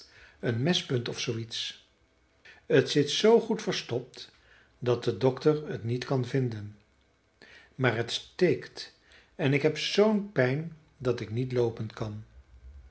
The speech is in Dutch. een mespunt of zooiets t zit zoo goed verstopt dat de dokter het niet kan vinden maar het steekt en ik heb zoo'n pijn dat ik niet loopen kan